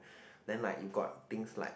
then like you got things like